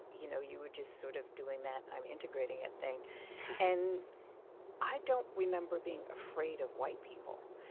you know, you were just sort of doing that i'm-integrating-it thing and i don't remember being afraid of white people.